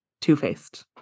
two-faced